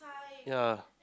ya